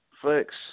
Flex